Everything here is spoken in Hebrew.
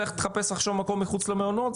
לך תחפש עכשיו מקום מחוץ למעונות'.